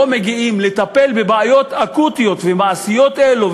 מגיעים לטפל בבעיות אקוטיות ומעשיות אלו,